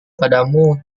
padamu